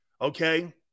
Okay